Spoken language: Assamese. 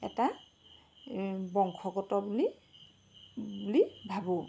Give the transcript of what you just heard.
এটা বংশগত বুলি বুলি ভাবোঁ